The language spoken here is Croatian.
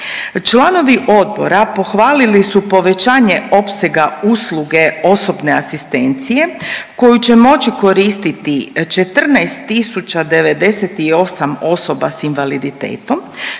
Članovi odbora pohvalili su povećanje opsega usluge osobne asistencije koju će moći koristiti 14.098 osoba s invaliditetom,